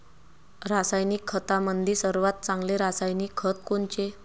रासायनिक खतामंदी सर्वात चांगले रासायनिक खत कोनचे?